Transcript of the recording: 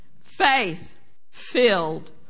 faith-filled